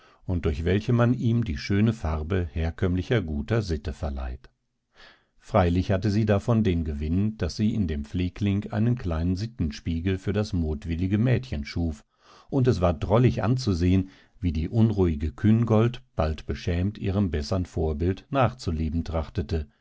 und durch welche man ihm die schöne farbe herkömmlicher guter sitte verleiht freilich hatte sie davon den gewinn daß sie in dem pflegling einen kleinen sittenspiegel für das mutwillige mädchen schuf und es war drollig anzusehen wie die unruhige küngolt bald beschämt ihrem bessern vorbild nachzuleben trachtete